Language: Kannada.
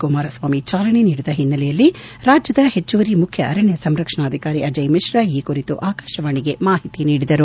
ಕುಮಾರಸ್ವಾಮಿ ಚಾಲನೆ ನೀಡಿದ ಹಿನ್ನೆಲೆಯಲ್ಲಿ ರಾಜ್ಯದ ಹೆಚ್ಚುವರಿ ಮುಖ್ಯ ಅರಣ್ಯ ಸಂರಕ್ಷಣಾಧಿಕಾರಿ ಅಜಯ್ ಮಿಶ್ರಾ ಈ ಕುರಿತು ಆಕಾಶವಾಣಿಗೆ ಮಾಹಿತಿ ನೀಡಿದರು